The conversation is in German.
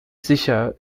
sicher